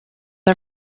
are